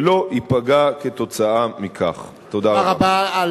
תודה רבה.